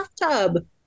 bathtub